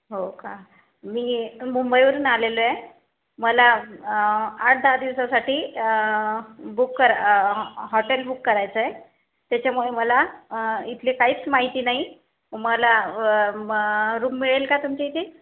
हो का मी मुंबईवरून आलेले आहे मला आठ दहा दिवसासाठी बुक करा हॉटेल बुक करायचं आहे त्याच्यामुळे मला इथले काहीच माहिती नाही मला रूम मिळेल का तुमच्या इथे